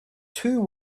two